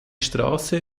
straße